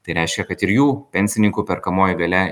tai reiškia kad ir jų pensininkų perkamoji galia